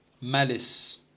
malice